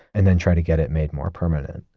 and then try to get it made more permanent.